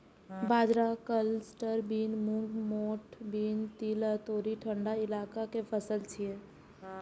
बाजरा, cluster bean, मूंग, मोठ बीन, तिल आ तोरी ठंढा इलाका के फसल छियै